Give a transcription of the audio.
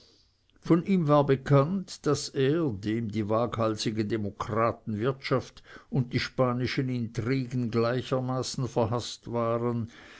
von ihm war bekannt daß er dem die waghalsige demokratenwirtschaft und die spanischen intrigen gleichermaßen verhaßt waren